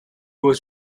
was